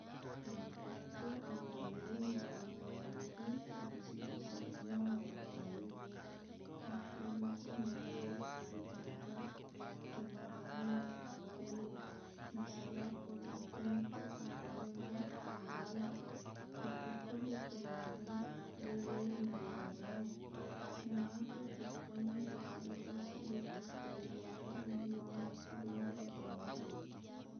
Mappekko anrewe napengaruhi addisiq-disingenna watakkalewe iyakko deqto manre deqgaga tenagana watakkalewe nasabaq pole okkomitu anrewe natomagalaq narekko deq tomanre deq yulle marigaga e namo tojokkami topadato sedding to telli meloq e buwang yakko deq nengka tomanre